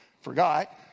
forgot